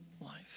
life